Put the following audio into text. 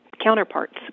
counterparts